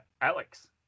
Alex